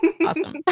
awesome